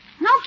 No